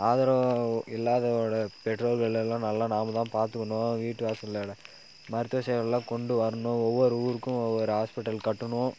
ஆதரவு இல்லாதவர்களோடய பெற்றோர்களெல்லாம் நல்லா நாம்தான் பார்த்துக்குணும் வீட்டு வாசலில் மருத்துவ சேவைகள்லாம் கொண்டு வரணும் ஒவ்வொரு ஊருக்கும் ஒவ்வொரு ஹாஸ்பிடல் கட்டணும்